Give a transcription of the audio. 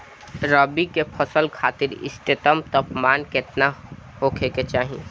रबी क फसल खातिर इष्टतम तापमान केतना होखे के चाही?